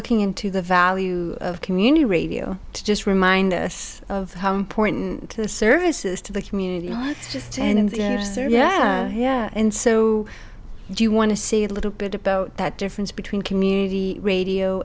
looking into the value of community radio to just remind us of how important the services to the community was just and in the yeah yeah and so do you want to see a little bit about that difference between community radio